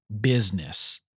business